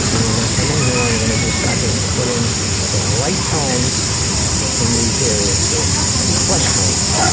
and we're going to come in here, and we're going to just start to put in some light tones in these areas here flesh tonnes.